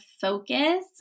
focus